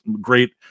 great